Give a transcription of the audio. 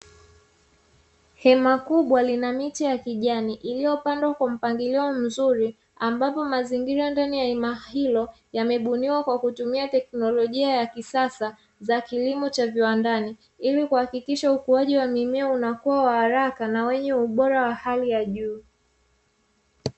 Hema kubwa lina miche ya kijani iliyopandwa kwa mpangilio mzuri ambapo mazingira ndani ya hema hilo yamebuniwa kwa kutumia teknolojia ya kisasa za kilimo cha viwandani, ili kuhakikisha ukuaji wa mimea unakuwa na haraka na wenye ubora wa hali ya juu.